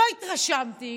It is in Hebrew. לא התרשמתי,